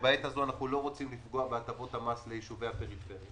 שבעת הזאת אנחנו לא רוצים לפגוע בהטבות המס ליישובי הפריפריה.